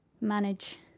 manage